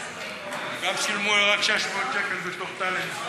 גם שילמו לי רק 600 שקל בתור טאלנט.